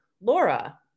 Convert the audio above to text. Laura